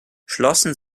schlossen